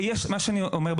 מה שאני אומר,